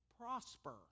prosper